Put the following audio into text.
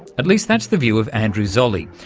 at least that's the view of andrew zolli,